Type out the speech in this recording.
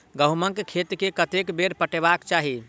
गहुंमक खेत केँ कतेक बेर पटेबाक चाहि?